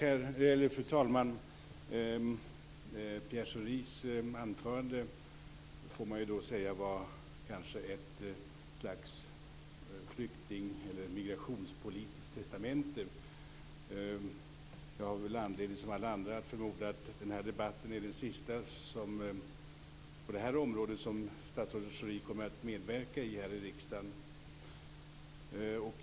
Fru talman! Pierre Schoris anförande får man kanske säga var ett slags flykting eller migrationspolitiskt testamente. Jag har väl som alla andra anledning att förmoda att den här debatten är den sista på det här området som statsrådet Schori kommer att medverka i här i riksdagen.